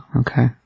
Okay